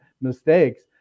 mistakes